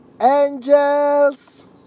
Angels